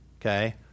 Okay